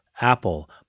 Apple